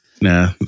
Nah